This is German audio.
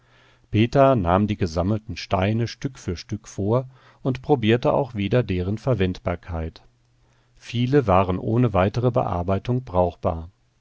peter nahm die gesammelten steine stück für stück vor und probierte wieder deren verwendbarkeit viele waren ohne weitere bearbeitung brauchbar